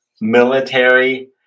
Military